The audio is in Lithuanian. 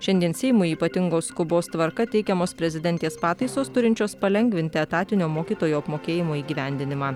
šiandien seimui ypatingos skubos tvarka teikiamos prezidentės pataisos turinčios palengvinti etatinio mokytojų apmokėjimo įgyvendinimą